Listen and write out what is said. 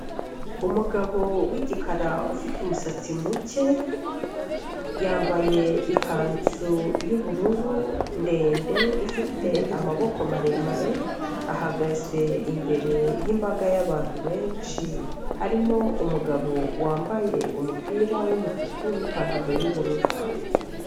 Umugabo w'igikara ufite umusatsi muke, yambaye ikanzu y'ubururu ndende ifite amaboko maremare, ahagaze imbere y'imbaga y'abantu benshi, harimo umugabo wambaye umupira w'umutuku n'ipantaro y'ubururu.